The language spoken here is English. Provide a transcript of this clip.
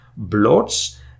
bloats